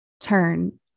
turn